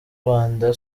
rwanda